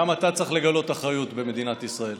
גם אתה צריך לגלות אחריות במדינת ישראל.